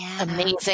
amazing